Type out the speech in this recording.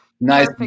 Nice